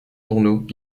journaux